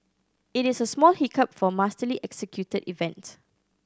it is a small hiccup for a masterly executed event